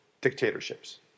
dictatorships